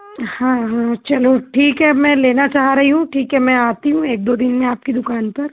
हाँ हाँ चलो ठीक है मैं लेना चाह रही हूँ ठीक है मैं आती हूँ एक दो दिन में आपकी दुकान पर